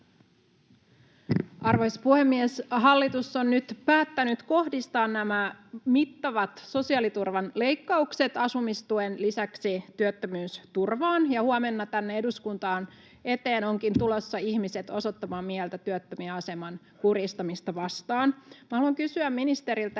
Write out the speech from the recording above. Arvoisa puhemies! Hallitus on nyt päättänyt kohdistaa nämä mittavat sosiaaliturvan leikkaukset asumistuen lisäksi työttömyysturvaan, ja huomenna tänne eduskunnan eteen onkin tulossa ihmiset osoittamaan mieltä työttömien aseman kurjistamista vastaan. Minä haluan kysyä ministeriltä: